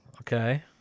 Okay